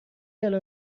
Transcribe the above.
الان